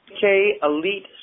K-Elite